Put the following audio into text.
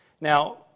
Now